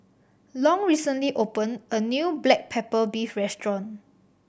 Long recently opened a new black pepper beef restaurant